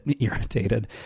irritated